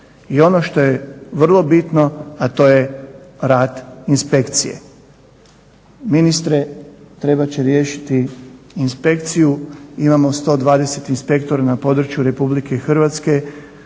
I ono što je vrlo bitno, a to je rad inspekcije. Ministre trebat će riješiti inspekciju. Imamo 120 inspektora na području RH koji ne